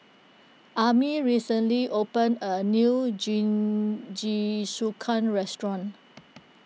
Amey recently opened a new Jingisukan restaurant